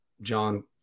John